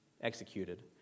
executed